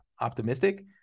optimistic